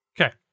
Okay